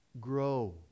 Grow